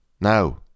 Now